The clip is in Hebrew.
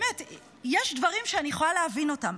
יש דברים שאני יכולה להבין אותם,